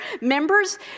members